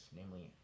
namely